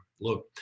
Look